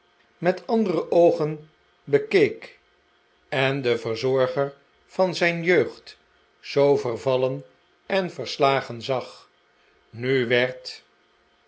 met andere oogen bekeek en den verzorger van zijn jeugd zoo vervallen en verslagen zag nu werd